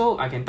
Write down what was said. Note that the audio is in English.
忘记了